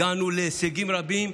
הגענו להישגים רבים,